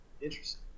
Interesting